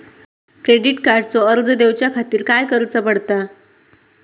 Credit कार्डचो अर्ज करुच्या खातीर काय करूचा पडता?